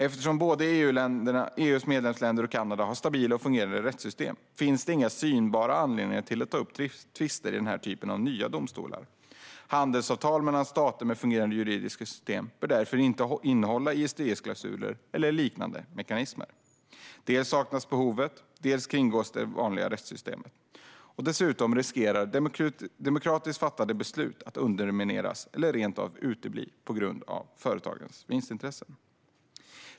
Eftersom både EU:s medlemsländer och Kanada har stabila och fungerande rättssystem finns ingen synbar anledning att ta upp tvister i denna typ av nya domstolar. Handelsavtal mellan stater med fungerande juridiska system bör därför inte innehålla ISDS-klausuler eller liknande mekanismer. Dels saknas behovet, dels kringgås det vanliga rättssystemet. Dessutom riskerar demokratiskt fattade beslut att undermineras eller rent av utebli på grund av företagens vinstintressen.